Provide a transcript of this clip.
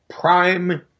prime